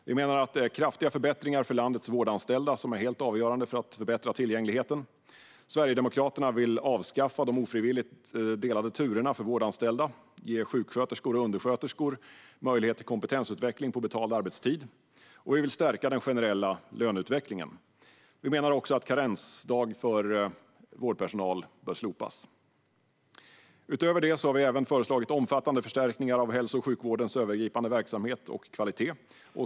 Vi menar att kraftiga förbättringar för landets vårdanställda är helt avgörande för att förbättra tillgängligheten. Sverigedemokraterna vill därför avskaffa de ofrivilligt delade turerna för vårdanställda, ge sjuksköterskor och undersköterskor möjlighet till kompetensutveckling på betald arbetstid och stärka den generella löneutvecklingen. Vi menar även att karensdagen bör slopas för vårdpersonal. Utöver detta har vi även föreslagit omfattande förstärkningar av hälso och sjukvårdens övergripande verksamhet och kvalitet.